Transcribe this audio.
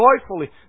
joyfully